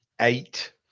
eight